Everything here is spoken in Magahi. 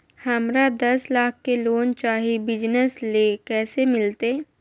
हमरा दस लाख के लोन चाही बिजनस ले, कैसे मिलते?